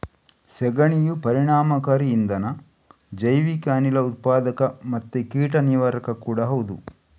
ಸೆಗಣಿಯು ಪರಿಣಾಮಕಾರಿ ಇಂಧನ, ಜೈವಿಕ ಅನಿಲ ಉತ್ಪಾದಕ ಮತ್ತೆ ಕೀಟ ನಿವಾರಕ ಕೂಡಾ ಹೌದು